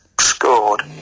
scored